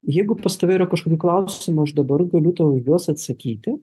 jeigu pas tave yra kažkokių klausimų aš dabar guliu tau į juos atsakyti